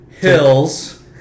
Hills